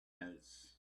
else